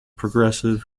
progressive